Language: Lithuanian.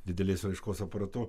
didelės raiškos aparatu